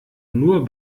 nur